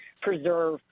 preserve